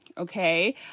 okay